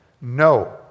no